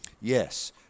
Yes